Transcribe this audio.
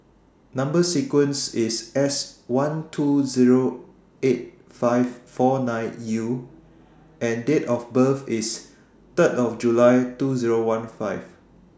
Number sequence IS S one two Zero eight five four nine U and Date of birth IS three of July two Zero one five